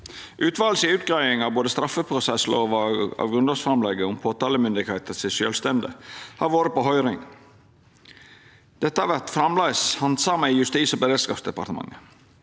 Utvalet si utgreiing av både straffeprosesslova og grunnlovsframlegget om påtalemyndigheita sitt sjølvstende har vore på høyring. Dette vert framleis handsama i Justis- og beredskapsdepartementet.